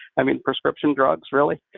i mean, prescription drugs? really?